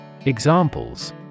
Examples